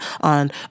on